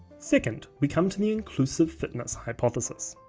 second we come to the inclusive fitness hypothesis.